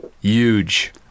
huge